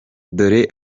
dore